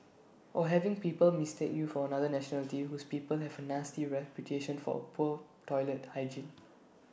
or having people mistake you for another nationality whose people have A nasty reputation for A poor toilet hygiene